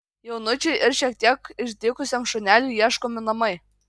jaunučiui ir šiek tiek išdykusiam šuneliui ieškomi namai